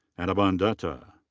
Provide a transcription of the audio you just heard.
anirban dutta.